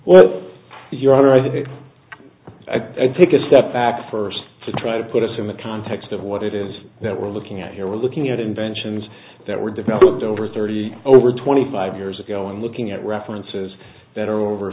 well your honor i think i take a step back first to try to put us in the context of what it is that we're looking at here we're looking at inventions that were developed over thirty over twenty five years ago and looking at references that are over